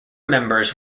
members